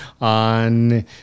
on